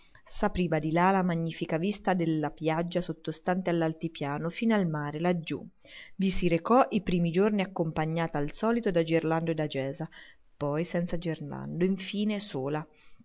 podere s'apriva di là la magnifica vista della piaggia sottostante all'altipiano fino al mare laggiù i si recò i primi giorni accompagnata al solito da gerlando e da gesa poi senza gerlando infine sola